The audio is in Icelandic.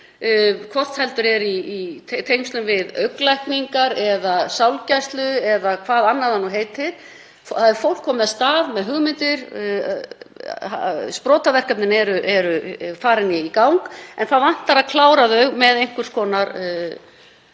hvort heldur er í tengslum við augnlækningar eða sálgæslu eða hvað annað sem það heitir. Fólk er komið af stað með hugmyndir, sprotaverkefnin eru farin í gang en það vantar að klára þau með einhvers konar